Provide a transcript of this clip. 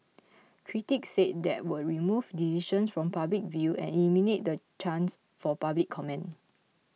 critics said that would remove decisions from public view and eliminate the chance for public comment